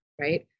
Right